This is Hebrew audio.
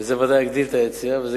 וזה ודאי יגדיל את ההיצע.